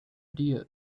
deer